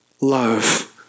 love